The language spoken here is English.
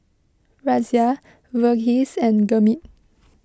Razia Verghese and Gurmeet